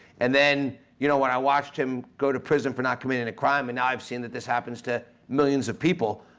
and then you know when i watched him go to prison for not committing a crime and now i've seen that this happens to millions of people